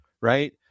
right